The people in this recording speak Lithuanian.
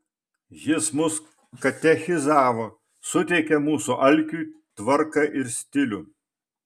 jis mus katechizavo suteikė mūsų alkiui tvarką ir stilių